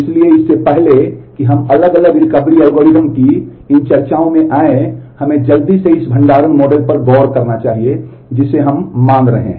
इसलिए इससे पहले कि हम अलग अलग रिकवरी एल्गोरिदम की इन चर्चाओं में आएं हमें जल्दी से इस भंडारण मॉडल पर गौर करना चाहिए जिसे हम मान रहे हैं